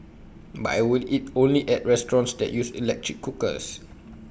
but I will eat only at restaurants that use electric cookers